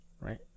right